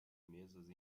mesas